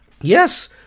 Yes